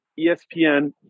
ESPN